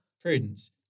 Prudence